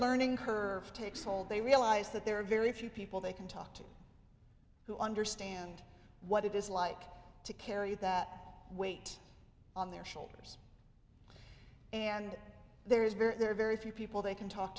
learning curve takes hold they realize that there are very few people they can talk to who understand what it is like to carry that weight on their shoulders and there is very very few people they can talk